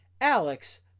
Alex